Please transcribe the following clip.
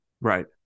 Right